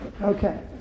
Okay